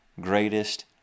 greatest